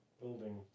building